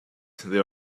they